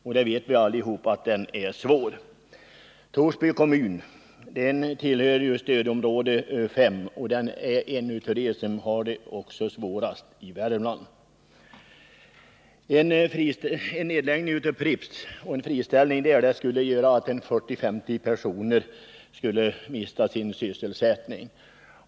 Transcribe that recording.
Vi vet alla att det är bekymmersamt. Torsby kommun tillhör ju stödområde 5 och är en av de kommuner som har det svårast i Värmland. En nedläggning av Pripps bryggeri skulle medföra att 40-50 personer skulle mista sin sysselsättning.